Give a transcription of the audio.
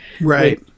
Right